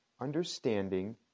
understanding